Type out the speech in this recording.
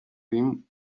rim